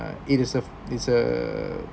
it is a it's a